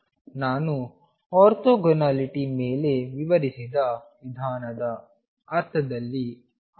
ನಾನು ಆರ್ಥೋಗೊನಾಲಿಟಿ ಮೇಲೆ ವಿವರಿಸಿದ ವಿಧಾನದ ಅರ್ಥದಲ್ಲಿ ಅನುಸರಿಸುತ್ತದೆ